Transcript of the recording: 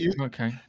okay